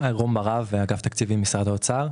רום בר-אב מאגף התקציבים במשרד האוצר.